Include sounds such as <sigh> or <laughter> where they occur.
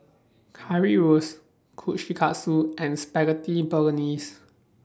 <noise> Currywurst Kushikatsu and Spaghetti Bolognese